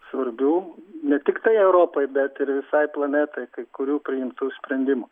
svarbių ne tiktai europai bet ir visai planetai kai kurių priimtų sprendimų